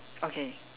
okay